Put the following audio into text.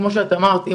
כפי שאמרת,